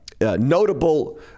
notable